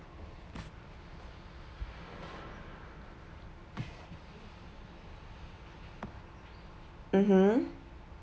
mmhmm